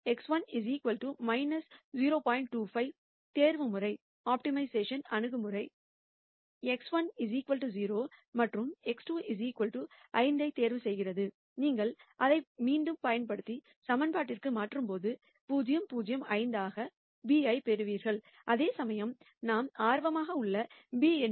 25 optimization அணுகுமுறை x1 0 மற்றும் x2 5 ஐத் தேர்வுசெய்கிறது நீங்கள் அதை மீண்டும் ஈகிவேஷன்னைற்கு மாற்றும்போது 0 0 5 ஆக b ஐப் பெறுவீர்கள் அதேசமயம் நாம் b என்பது 1 0